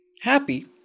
happy